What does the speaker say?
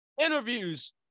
interviews